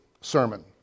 sermon